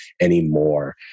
anymore